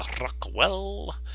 Rockwell